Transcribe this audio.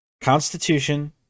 Constitution